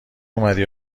اومدی